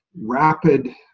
rapid